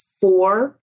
four